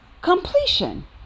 completion